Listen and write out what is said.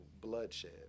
bloodshed